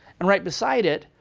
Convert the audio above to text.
and right beside it,